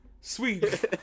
sweet